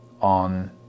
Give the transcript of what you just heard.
on